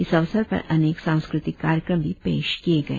इस अवसर पर अनेक सांस्कृतिक कार्यक्रम भी पेश किए गए